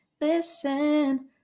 Listen